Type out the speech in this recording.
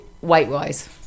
weight-wise